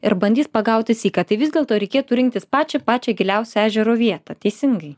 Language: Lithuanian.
ir bandys pagauti syką tai vis dėlto reikėtų rinktis pačią pačią giliausią ežero vietą teisingai